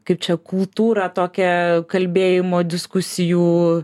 kaip čia kultūrą tokią kalbėjimo diskusijų